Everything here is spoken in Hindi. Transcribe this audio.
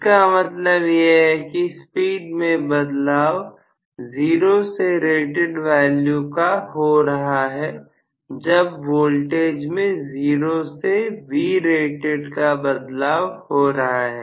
इसका मतलब यह है की स्पीड में बदलाव 0 से रिटर्न वैल्यू का हो रहा है जब वोल्टेज में 0 से Vrated का बदलाव हो रहा है